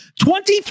Twenty